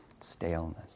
staleness